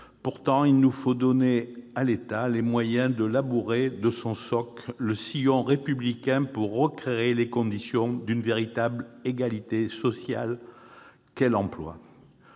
Pourtant, il nous faut donner à l'État les moyens de labourer de son soc le sillon républicain pour recréer les conditions d'une véritable égalité sociale qu'est l'emploi.